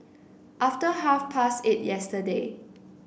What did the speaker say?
after half past eight yesterday